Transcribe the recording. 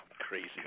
Crazy